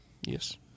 Yes